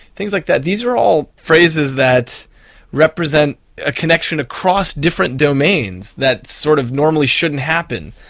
things like that. these are all phrases that represent a connection across different domains that sort of normally shouldn't happen.